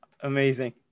Amazing